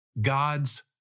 God's